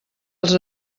els